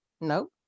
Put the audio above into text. No